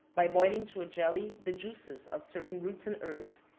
by boiling to a jelly the juices of certain roots and herbs,